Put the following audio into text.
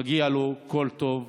מגיע לו כל טוב.